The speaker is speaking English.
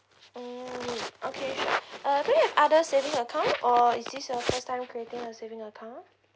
mm okay sure uh do you have other saving account or is this your first time creating a saving account